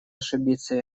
ошибиться